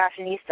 fashionista